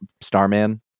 Starman